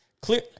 clear